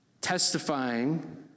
testifying